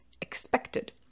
expected